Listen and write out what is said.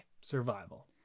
survival